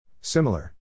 Similar